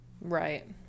Right